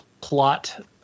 plot